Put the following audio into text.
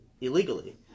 illegally